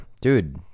Dude